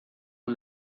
een